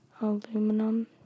aluminum